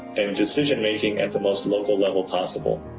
and decision-making at the most local level possible.